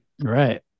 Right